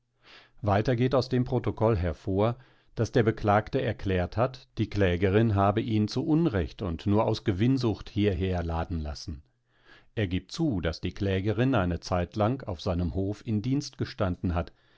weiter geht aus dem protokoll hervor daß der beklagte erklärt hat die klägerin habe ihn zu unrecht und nur aus gewinnsucht hierher laden lassen er gibt zu daß die klägerin eine zeitlang auf seinem hof in dienst gestanden hat